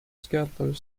skelter